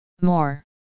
more